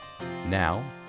Now